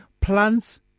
plants